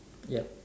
yup